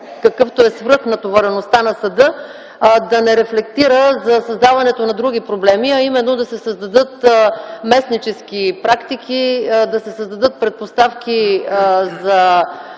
какъвто е свръхнатовареността на съда; да не рефлектира за създаването на други проблеми, а именно да се създадат местнически практики, да се създадат предпоставки за